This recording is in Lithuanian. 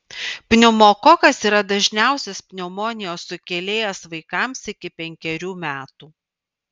pneumokokas yra dažniausias pneumonijos sukėlėjas vaikams iki penkerių metų